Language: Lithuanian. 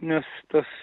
nes tas